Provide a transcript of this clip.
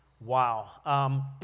Wow